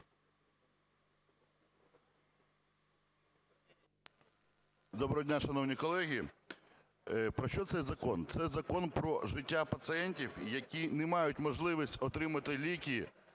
Доброго дня, шановні колеги! Про що цей закон? Це закон про життя пацієнтів, які не мають можливості отримати ліки